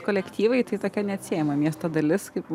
kolektyvai tai tokia neatsiejama miesto dalis kaip